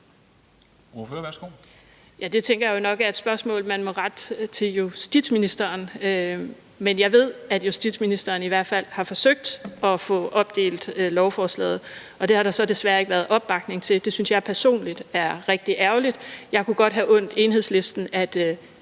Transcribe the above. Det tænker jeg jo nok er et spørgsmål, man må rette til justitsministeren, men jeg ved, at justitsministeren i hvert fald har forsøgt at få opdelt lovforslaget, og det har der så desværre ikke været opbakning til. Det synes jeg personligt er rigtig ærgerligt. Jeg kunne godt have undt Enhedslisten, at